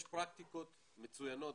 יש פרקטיקות מצוינות,